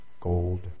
Gold